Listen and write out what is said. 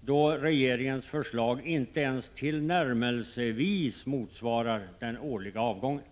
då regeringens förslag inte ens tillnärmelsevis motsvarar den årliga avgången.